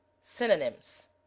synonyms